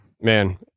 man